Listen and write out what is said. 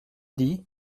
dit